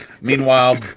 Meanwhile